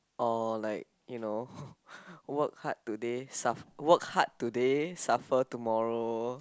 or like you know work hard today suf~ work hard today suffer tomorrow